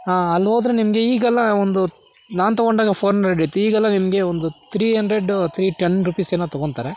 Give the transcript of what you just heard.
ಅಲ್ಲೋದ್ರೆ ನಿಮಗೆ ಈಗೆಲ್ಲ ಒಂದು ನಾನು ತಗೊಂಡಾಗ ಫೋರ್ ಹಂಡ್ರೆಡ್ ಇತ್ತು ಈಗೆಲ್ಲ ನಿಮಗೆ ಒಂದು three hundred three ten rupees ಏನೋ ತಗೊತಾರೆ